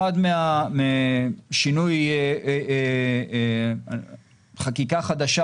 אחד משינוי חקיקה חדשה,